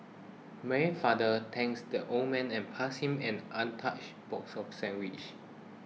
Mary's father thanked the old man and passed him an untouched box of sandwiches